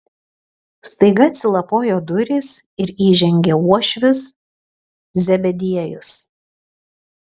staiga atsilapojo durys ir įžengė uošvis zebediejus